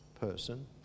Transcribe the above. person